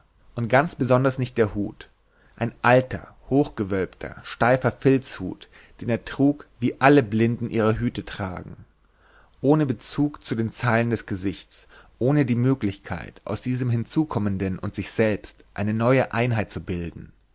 und ganz besonders nicht der hut ein alter hochgewölbter steifer filzhut den er trug wie alle blinden ihre hüte tragen ohne bezug zu den zeilen des gesichts ohne die möglichkeit aus diesem hinzukommenden und sich selbst eine neue äußere einheit zu bilden